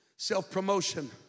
Self-promotion